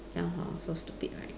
ya lor so stupid right